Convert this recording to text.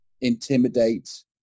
intimidate